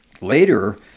later